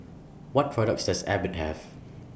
What products Does Abbott Have